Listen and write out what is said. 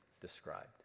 described